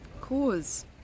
cause